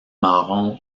marron